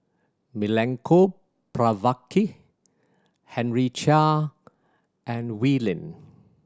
Milenko Prvacki Henry Chia and Wee Lin